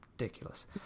Ridiculous